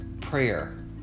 prayer